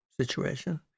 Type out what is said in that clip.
situation